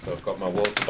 i've got my water